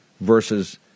versus